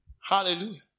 Hallelujah